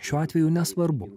šiuo atveju nesvarbu